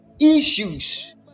issues